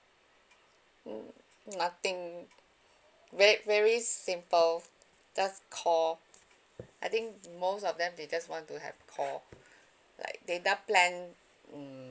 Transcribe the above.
mm nothing very very simple just call I think most of them they just want to have call like data plan mm